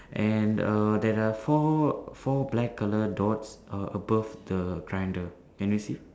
and err there are four four black colour dots err above the grinder can you see